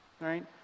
right